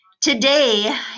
Today